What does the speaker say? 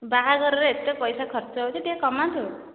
ବାହାଘରରେ ଏତେ ପଇସା ଖର୍ଚ୍ଚ ହେଉଛି ଟିକିଏ କମାନ୍ତୁ